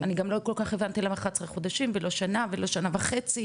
אני גם לא כל כך הבנתי למה 11 חודשים ולא שנה ולא שנה וחצי,